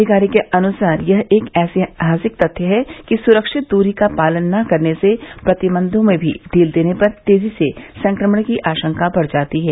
अधिकारी के अनुसार यह एक ऐतिहासिक तथ्य है कि सुरक्षित दूरी का पालन न करने से प्रतिबंधों में भी ढील देने पर तेजी से संक्रमण की आशंका बढ़ जाती है